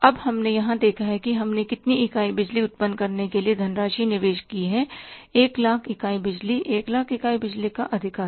अब हमने यहां देखा है कि हमने कितने इकाई बिजली उत्पन्न करने के लिए धनराशि निवेश की है 100000 इकाई बिजली 1 लाख इकाई बिजली का अधिकार